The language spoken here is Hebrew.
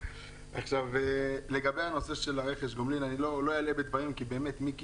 בנושא של רכש גומלין אני לא אלאה בדברים כי מיקי